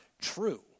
true